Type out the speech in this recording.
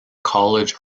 college